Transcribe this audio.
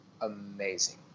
amazing